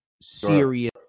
serious